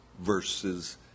versus